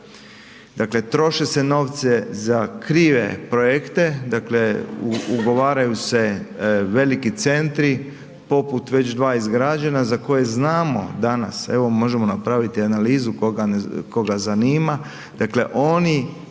Dakle troše se novci za krive projekte, dakle ugovaraju se veliki centri poput već dva izgrađena za koje znamo danas, evo možemo napraviti analizu koga zanima, dakle oni